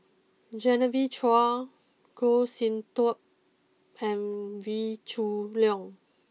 Genevieve Chua Goh Sin Tub and Wee Leong